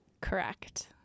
correct